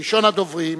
כראשון הדוברים,